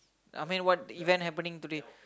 I mean what event happening today